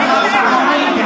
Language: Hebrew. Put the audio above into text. חבר הכנסת מנסור עבאס,